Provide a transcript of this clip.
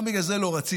גם בגלל זה לא רציתי.